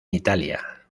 italia